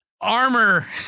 Armor